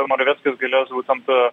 moraveckis galės būtent